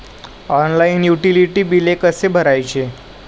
Online utility बिले कसे भरायचे?